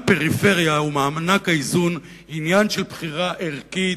הפריפריה ומענק האיזון זה עניין של בחירה ערכית,